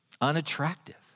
unattractive